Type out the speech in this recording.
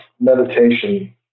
meditation